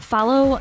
Follow